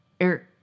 Eric